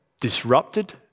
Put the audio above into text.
disrupted